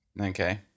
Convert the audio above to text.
okay